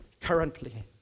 currently